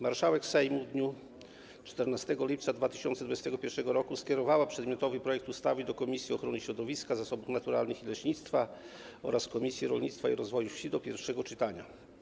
Marszałek Sejmu w dniu 14 lipca 2021 r. skierowała przedmiotowy projekt ustawy do Komisji Ochrony Środowiska, Zasobów Naturalnych i Leśnictwa oraz Komisji Rolnictwa i Rozwoju Wsi do pierwszego czytania.